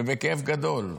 ובכאב גדול,